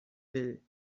will